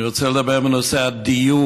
אני רוצה לדבר על נושא הדיור.